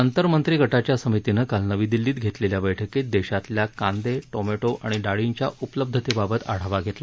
आंतरमंत्रीगटाच्या समितीनं काल नवी दिल्लीत घेतलेल्या बैठकीत देशातल्या कांदे टोमॅटो आणि डाळींच्या उपलब्धतेबाबत आढावा घेतला